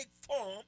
form